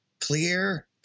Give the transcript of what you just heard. Clear